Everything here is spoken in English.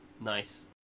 nice